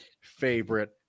favorite